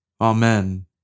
Amen